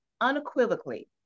unequivocally